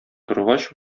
торгач